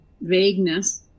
vagueness